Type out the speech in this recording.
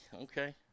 Okay